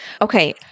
okay